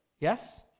Yes